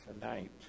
tonight